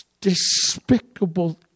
despicable